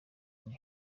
nti